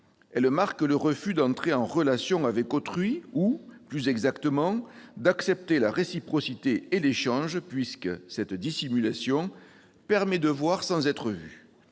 Elle marque le refus d'entrer en relation avec autrui ou, plus exactement, d'accepter la réciprocité et l'échange, puisque cette dissimulation permet de voir sans être vu.